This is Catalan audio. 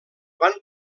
van